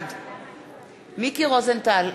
בעד מיקי רוזנטל,